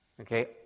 okay